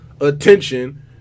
attention